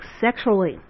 sexually